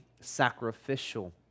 sacrificial